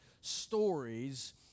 stories